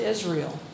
Israel